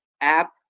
app